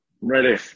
Ready